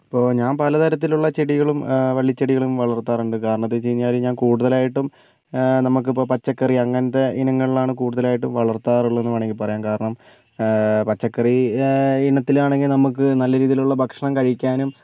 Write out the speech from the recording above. ഇപ്പോൾ ഞാൻ പലതരത്തിലുള്ള ചെടികളും വള്ളി ചെടികളും വളർത്താറുണ്ട് കാരണം എന്താന്ന് വച്ചുകഴിഞ്ഞാൽ ഞാൻ കൂടുതലായിട്ടും നമുക്കിപ്പോൾ പച്ചക്കറി അങ്ങനത്തെ ഇനങ്ങളിലാണ് കൂടുതലായിട്ടും വളർത്താറുള്ളതെന്ന് വേണമെങ്കിൽ പറയാം കാരണം പച്ചക്കറി ഇനത്തിലാണെങ്കിൽ നമുക്ക് നല്ല രീതിയിലുള്ള ഭക്ഷണം കഴിക്കാനും